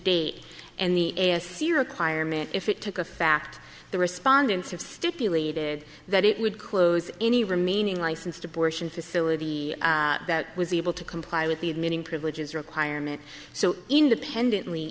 date and the aesir acquirement if it took a fact the respondents have stipulated that it would close any remaining licensed abortion facility that was able to comply with the admitting privileges requirement so independently